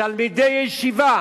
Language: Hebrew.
תלמידי ישיבה